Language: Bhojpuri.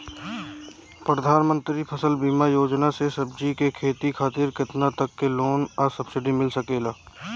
प्रधानमंत्री फसल बीमा योजना से सब्जी के खेती खातिर केतना तक के लोन आ सब्सिडी मिल सकेला?